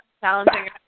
challenging